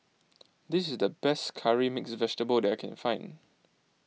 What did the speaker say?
this is the best Curry Mixed Vegetable that I can find